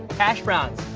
hash browns.